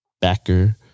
backer